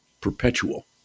perpetual